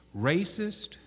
racist